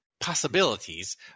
possibilities